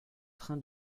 train